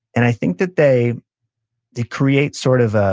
and i think that they they create sort of ah